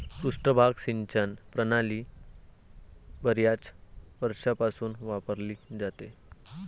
पृष्ठभाग सिंचन प्रणाली बर्याच वर्षांपासून वापरली जाते